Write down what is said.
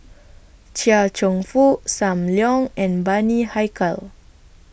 Chia Cheong Fook SAM Leong and Bani Haykal